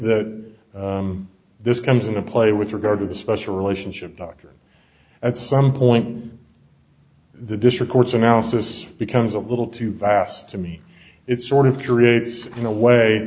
that this comes into play with regard to the special relationship doctor at some point in the district court's analysis becomes a little too vast to me it's sort of